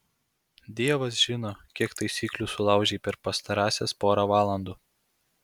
dievas žino kiek taisyklių sulaužei per pastarąsias porą valandų